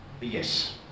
Yes